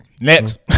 Next